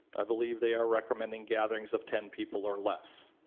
i believe they are recommending gatherings of ten people or less.